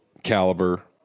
caliber